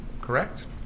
Correct